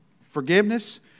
forgiveness